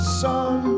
sun